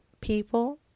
people